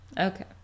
Okay